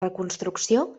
reconstrucció